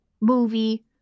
movie